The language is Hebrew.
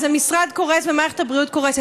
אז המשרד קורס ומערכת הבריאות קורסת.